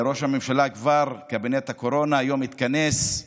ראש הממשלה כבר, קבינט הקורונה היום התכנס,